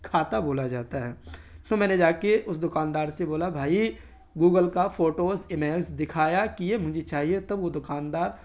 کھاتا بولا جاتا ہے تو میں نے جا کے اس دکاندار سے بولا بھائی گوگل کا فوٹوز امیز دکھایا کہ یہ مجھے چاہیے تب وہ دکاندار